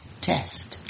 test